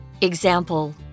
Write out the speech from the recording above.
Example